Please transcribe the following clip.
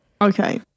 Okay